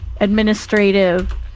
administrative